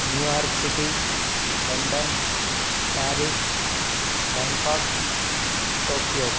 New York city London Paris Bangkok Tokyo